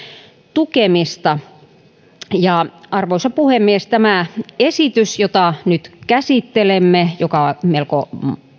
tukemista arvoisa puhemies tämä esitys jota nyt käsittelemme joka on melko